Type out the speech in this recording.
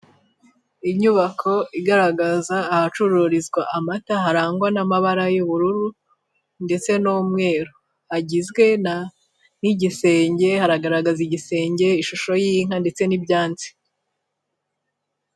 Inyubako igaragaza ahacururizwa amata harangwa n'amabara yubururu ndetse n'umweru, hagizwe na: n'igisenga harahgaragaza igisenge ishusho y'inka ndetse n'ibyansi.